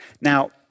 Now